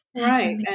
Right